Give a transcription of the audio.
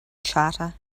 charter